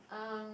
um